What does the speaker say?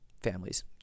families